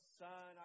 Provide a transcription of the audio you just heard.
son